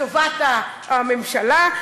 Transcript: ועכשיו עוד כמה מילים לטובת הממשלה.